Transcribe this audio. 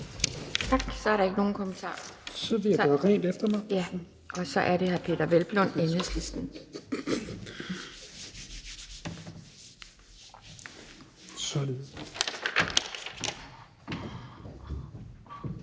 Der er ikke nogen kommentarer. Så er det hr. Peter Seier Christensen,